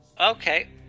Okay